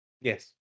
Yes